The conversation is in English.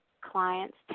clients